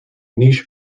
niche